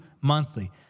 monthly